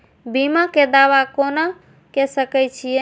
बीमा के दावा कोना के सके छिऐ?